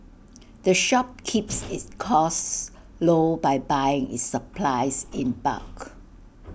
the shop keeps its costs low by buying its supplies in bulk